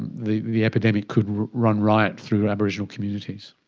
and the the epidemic could run riot through aboriginal communities.